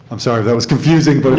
i'm sorry if that was confusing. but